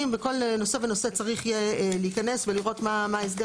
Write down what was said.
וכל נושא ונושא צריך יהיה להיכנס ולראות מה ההסדר